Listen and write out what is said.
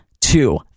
two